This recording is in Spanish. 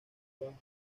con